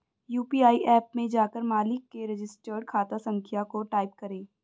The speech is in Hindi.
यू.पी.आई ऐप में जाकर मालिक के रजिस्टर्ड खाता संख्या को टाईप करें